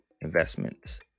investments